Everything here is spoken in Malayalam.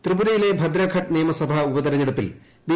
ത്രിപുരയിലെ ഭദ്രഘട്ട് നിയമസഭാ ഉപതെരഞ്ഞെടുപ്പിൽ ബി